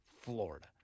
Florida